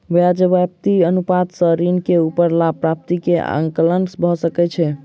ब्याज व्याप्ति अनुपात सॅ ऋण के ऊपर लाभ प्राप्ति के आंकलन भ सकै छै